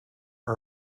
are